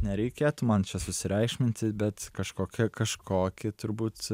nereikėtų man čia susireikšminti bet kažkokia kažkokį turbūt